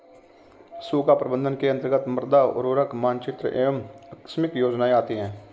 सूखा प्रबंधन के अंतर्गत मृदा उर्वरता मानचित्र एवं आकस्मिक योजनाएं आती है